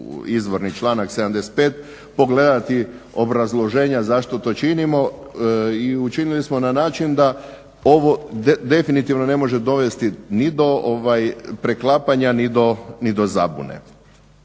izvorni članka 75. pogledati obrazloženja zašto to činimo. I učinili smo na način da ovo definitivno ne može dovesti ni do preklapanja ni do zabune.